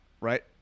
right